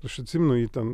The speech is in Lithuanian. aš atsimenu ji ten